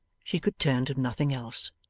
she could turn to nothing else.